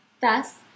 Thus